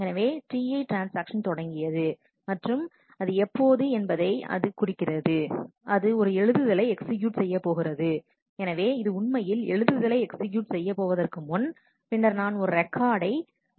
எனவே Ti transaction தொடங்கியது மற்றும் அது எப்போது என்பதை இது குறிக்கிறது ஒரு எழுதுதலை எக்ஸ்கியூட் செய்யபோகிறது எனவே அது உண்மையில் எழுதுதலை எக்ஸ்கியூட் செய்ய போவதற்கு முன் பின்னர் நான் ஒரு லாக்ரெக்கார்டை எழுத விரும்புகிறேன்